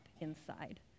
inside